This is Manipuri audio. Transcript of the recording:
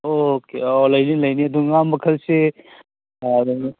ꯑꯣꯀꯦ ꯑꯥ ꯂꯩꯅꯤ ꯂꯩꯅꯤ ꯑꯗꯨ ꯉꯥ ꯃꯈꯜꯁꯦ ꯑꯥ